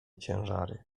ciężary